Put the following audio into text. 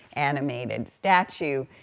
animated statue.